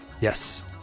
Yes